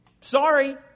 Sorry